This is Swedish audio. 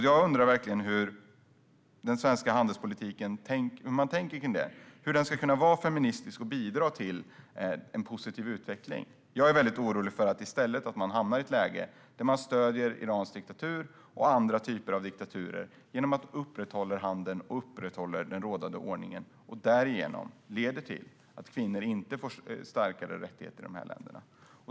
Jag undrar verkligen hur man tänker kring den svenska handelspolitiken, och hur den ska kunna vara feministisk och bidra till en positiv utveckling. Jag är mycket orolig för att man i stället hamnar i ett läge där man stöder Irans diktatur och andra typer av diktaturer genom att upprätthålla handeln och genom att upprätthålla den rådande ordningen och att det därigenom leder till att kvinnor inte får starkare rättigheter i dessa länder.